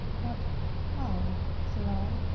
but how, said i,